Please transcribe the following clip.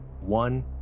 One